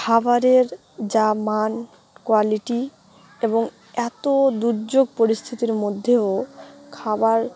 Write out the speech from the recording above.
খাবারের যা মান কোয়ালিটি এবং এতো দুর্যোগ পরিস্থিতির মধ্যেও খাবার